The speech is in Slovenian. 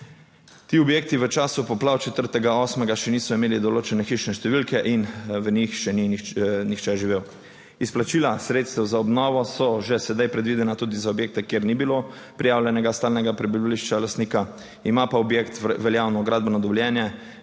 Ti objekti v času poplav 4. 8. še niso imeli določene hišne številke in v njih še ni nihče živel. Izplačila sredstev za obnovo so že sedaj predvidena tudi za objekte, kjer ni bilo prijavljenega stalnega prebivališča lastnika, ima pa objekt veljavno gradbeno dovoljenje.